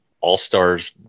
all-stars